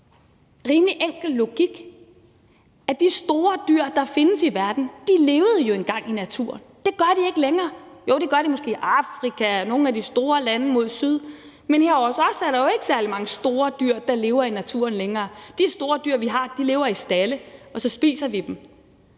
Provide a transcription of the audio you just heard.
rimelig enkel logik, at de store dyr, der findes i verden, jo engang levede i naturen. Det gør de ikke længere, jo, det gør de måske i Afrika og i nogle af de store lande mod syd, men her hos os er der jo ikke særlig mange store dyr, der lever i naturen længere. De store dyr, vi har, lever i stalde, og så spiser vi dem.